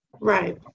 right